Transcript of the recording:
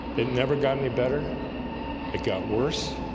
it never got any better it got worse